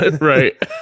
Right